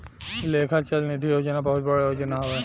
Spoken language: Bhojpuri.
लेखा चल निधी योजना बहुत बड़ योजना हवे